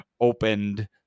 opened